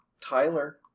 Tyler